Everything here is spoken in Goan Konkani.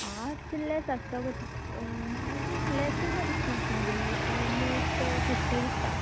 आर्टस लेस आसतो गो तिक लेस आसा दिसता म्हाका तेंगेली अल्मोस्ट फिफटी दिसता